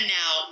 now